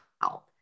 help